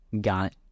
got